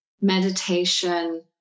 meditation